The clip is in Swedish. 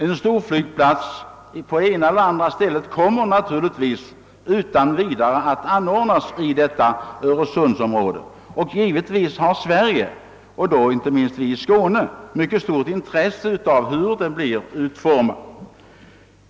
En storflygplats kommer utan tvivel att anordnas på något ställe inom öresundsområdet, och givetvis har Sverige, inte minst Skåne, mycket stort intresse av hur den blir utformad och var den blir förlagd.